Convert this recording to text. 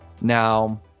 Now